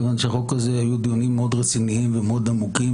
מכיוון שבחוק הזה היו דיונים מאוד רציניים ומאוד עמוקים,